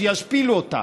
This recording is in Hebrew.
שישפילו אותה.